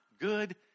good